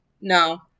no